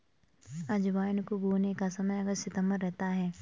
अजवाइन को बोने का समय अगस्त सितंबर रहता है